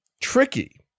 tricky